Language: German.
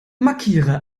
markiere